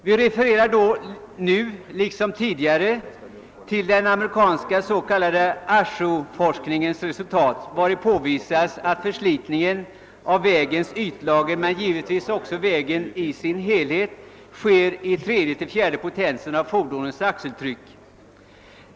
Vi refererar nu liksom tidigare till den amerikanska s.k. AASHO-forskningens resultat, vari påvisas att förslitningen av vägens ytlager men givetvis också av vägen i dess helhet sker i tredje till fjärde potensen av fordonens axeltryck.